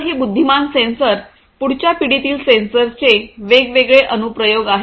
तर हे बुद्धिमान सेन्सर पुढच्या पिढीतील सेन्सर्सचे वेगवेगळे अनुप्रयोग आहेत